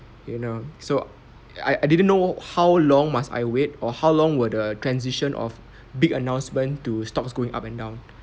you know so I I didn't know how long must I wait or how long will the transition of big announcement to stocks going up and down